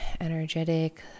energetic